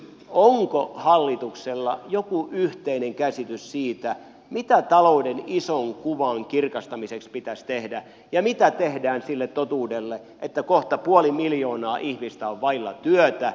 onko hallituksella joku yhteinen käsitys siitä mitä talouden ison kuvan kirkastamiseksi pitäisi tehdä ja mitä tehdään sille totuudelle että kohta puoli miljoonaa ihmistä on vailla työtä